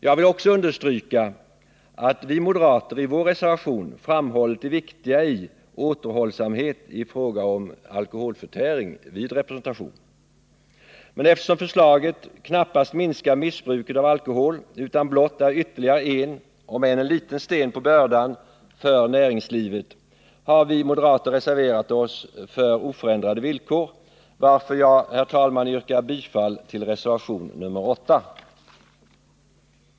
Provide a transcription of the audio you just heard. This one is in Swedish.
Jag vill också understryka att vi moderater i vår reservation på denna punkt framhållit det viktiga i återhållsamhet i fråga om alkoholförtäring vid representation. Men eftersom förslaget knappast minskar missbruket av alkohol utan blott är ytterligare en — om än liten — sten på bördan för näringslivet har vi moderater reserverat oss för oförändrade villkor, och jag yrkar, herr talman, bifall till reservation nr 8.